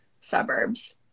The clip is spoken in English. suburbs